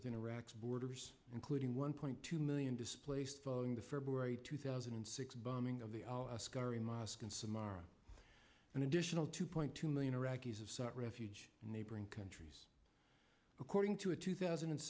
within iraq's borders including one point two million displaced following the february two thousand and six bombing of the al askari mosque in samarra an additional two point two million iraqis have refuge in neighboring countries according to a two thousand and